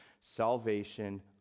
salvation